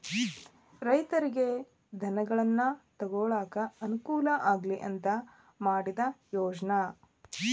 ರೈತರಿಗೆ ಧನಗಳನ್ನಾ ತೊಗೊಳಾಕ ಅನಕೂಲ ಆಗ್ಲಿ ಅಂತಾ ಮಾಡಿದ ಯೋಜ್ನಾ